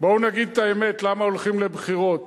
בואו נגיד את האמת למה הולכים לבחירות,